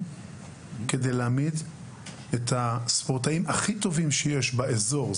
כדי להעמיד את הספורטאים הכי טובים שיש באזור,